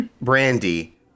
Brandy